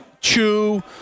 Chu